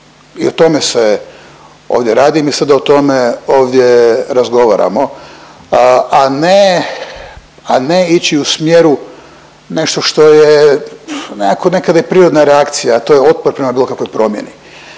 i o tome se ovdje radi umjesto da o tome ovdje razgovaramo, a ne ići u smjeru nešto što je nekako nekad i prirodna reakcija, a to je otpor prema bilo kakvoj promjeni.